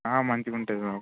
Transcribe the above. ఆ మంచిగా ఉంటుంది బాబు